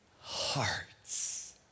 hearts